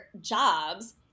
jobs